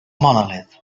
monolith